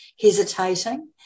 hesitating